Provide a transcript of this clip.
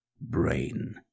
brain